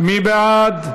מי בעד?